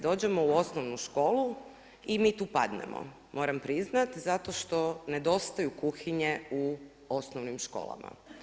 Dođemo u osnovnu školu i mi tu padnemo, moram priznati, zato što nedostaju kuhinje u osnovnim školama.